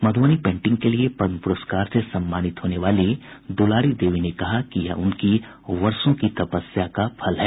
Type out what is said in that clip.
Madhubani painting के लिये पद्म पुरस्कार से सम्मानित होने वाली दुलारी देवी ने कहा कि यह उनकी वर्षो की तपस्या का फल है